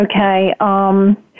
Okay